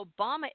Obama